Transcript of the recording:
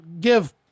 give